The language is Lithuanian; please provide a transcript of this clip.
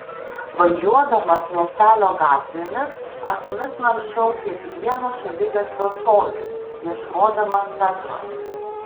važiuodamas miestelio gatvėmis akimis naršau kiekvieną šaligatvio colį ieškodamas petros